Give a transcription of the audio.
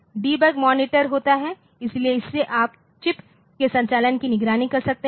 तब एक debug monitor होता है इसलिए इससे आप चिप के संचालन की निगरानी कर सकते हैं